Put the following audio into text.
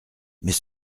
mais